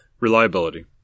Reliability